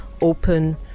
open